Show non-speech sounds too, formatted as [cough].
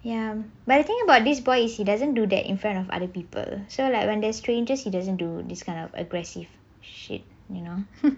ya but the thing about this boy is he doesn't do that in front of other people so like when there's strangers he doesn't do this kind of aggressive shit you know [laughs]